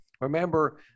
Remember